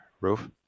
roof